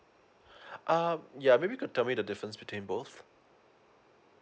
um yeah maybe could tell me the difference between both